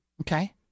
Okay